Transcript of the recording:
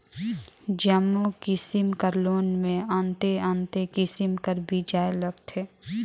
जम्मो किसिम कर लोन में अन्ते अन्ते किसिम कर बियाज लगथे